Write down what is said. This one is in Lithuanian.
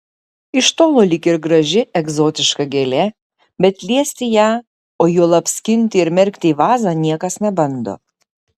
iš tolo lyg ir graži egzotiška gėlė bet liesti ją o juolab skinti ir merkti į vazą niekas nebando